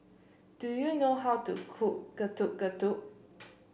do you know how to cook Getuk Getuk